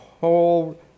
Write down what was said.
whole